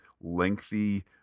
lengthy